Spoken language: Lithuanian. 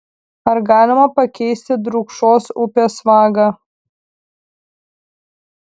ar galima pakeisti drūkšos upės vagą